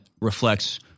reflects